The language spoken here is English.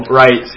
right